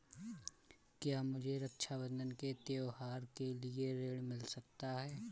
क्या मुझे रक्षाबंधन के त्योहार के लिए ऋण मिल सकता है?